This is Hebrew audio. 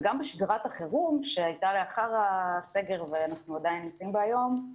וגם בשגרת החירום שהייתה לאחר הסגר ואנחנו עדיין נמצאים בה היום,